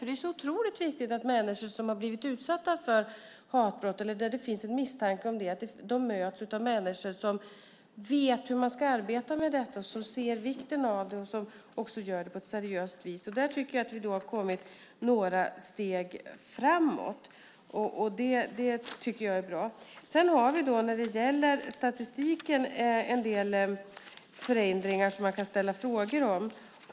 Det är otroligt viktigt att människor som har blivit utsatta för hatbrott eller där det finns misstanke om det möts av människor som vet hur man ska arbeta med detta och som ser vikten av det på ett seriöst vis. Där tycker jag att vi har kommit några steg framåt. Det tycker jag är bra. När det gäller statistiken finns det en del förändringar som man kan ställa frågor om.